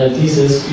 dieses